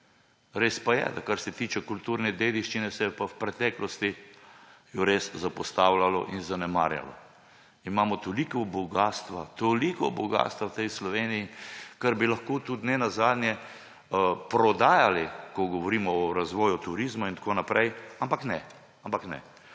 Res pa je, kar se tiče kulturne dediščine, se jo je pa v preteklosti res zapostavljalo in zanemarjalo. Imamo toliko bogastva, toliko bogastva je v tej Sloveniji, kar bi lahko tudi nenazadnje prodajali, ko govorimo o razvoju turizma. Ampak ne, ampak ne.